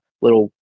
little